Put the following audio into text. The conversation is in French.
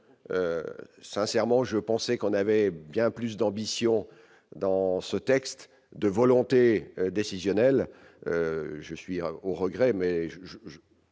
sincèrement, je pensais qu'on avait bien plus d'ambition dans ce texte de volonté décisionnel, je suis au regret mais je,